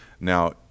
Now